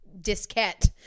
diskette